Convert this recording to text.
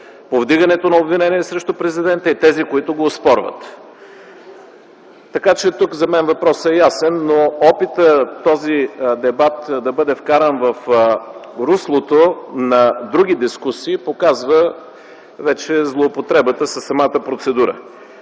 повдигането на обвинение срещу президента, и тези, които го оспорват. Така че тук за мен въпросът е ясен, но опитът този дебат да бъде вкаран в руслото на други дискусии показва вече злоупотребата със самата процедура.